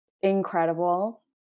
incredible